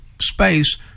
space